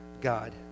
God